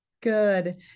Good